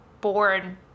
born